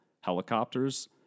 helicopters